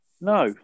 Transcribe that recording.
No